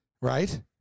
Right